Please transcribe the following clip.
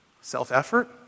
Self-effort